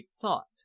thought